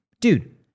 Dude